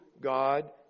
God